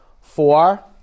Four